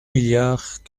milliards